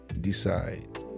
decide